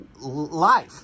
life